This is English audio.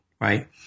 right